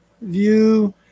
view